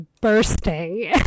bursting